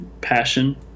passion